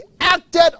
acted